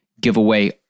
giveaway